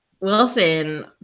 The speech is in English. wilson